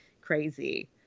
crazy